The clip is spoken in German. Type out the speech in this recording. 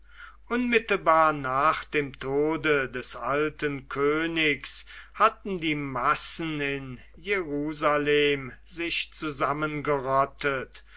unmittelbar nach dem tode des alten königs hatten die massen in jerusalem sich